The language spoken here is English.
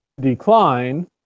decline